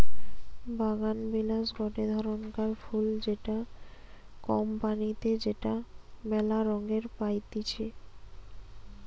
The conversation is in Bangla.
বাগানবিলাস গটে ধরণকার ফুল যেটা কম পানিতে যেটা মেলা রঙে পাইতিছি